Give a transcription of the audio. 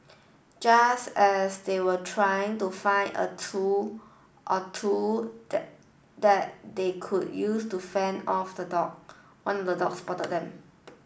just as they were trying to find a tool or two that they could use to fend off the dog one of the dogs spotted them